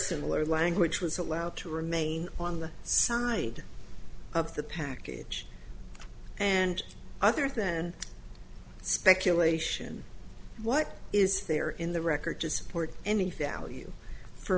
similar language was allowed to remain on the side of the package and other than speculation what is there in the record to support any falle